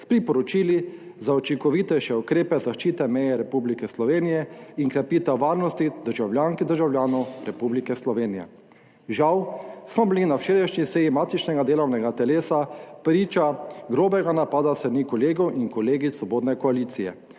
s priporočili za učinkovitejše ukrepe zaščite meje Republike Slovenije in krepitev varnosti državljank in državljanov Republike Slovenije. Žal smo bili na včerajšnji seji matičnega delovnega telesa priča grobega napada s strani kolegov in kolegic svobodne koalicije,